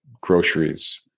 groceries